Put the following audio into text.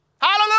Hallelujah